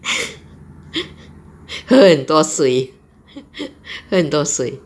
喝多多水喝很多水